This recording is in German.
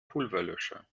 pulverlöscher